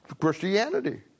Christianity